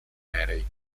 aerei